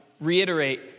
reiterate